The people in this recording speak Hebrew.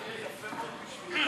הצעה לסדר של חבר הכנסת עיסאווי פריג',